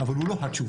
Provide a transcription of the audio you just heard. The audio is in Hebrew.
אבל הוא לא התשובה.